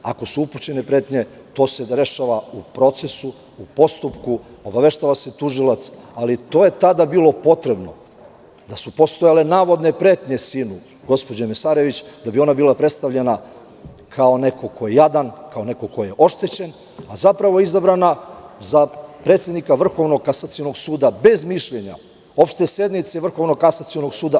Ako su upućene pretnje, to se rešava u procesu, u postupku, obaveštava se tužilac, ali to je tada bilo potrebno da su postojale navodne pretnje sinu gospođe Mesarević da bi ona bila predstavljena kao neko ko je jadan, kao neko ko je oštećen, a zapravo je izabrana za predsednika Vrhovnog kasacionog suda bez mišljenja Opšte sednice Vrhovnog kasacionog suda.